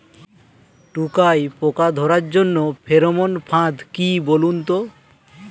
কাটুই পোকা ধরার জন্য ফেরোমন ফাদ কি বলুন তো?